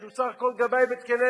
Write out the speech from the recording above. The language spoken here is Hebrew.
שהוא סך הכול גבאי בית-כנסת,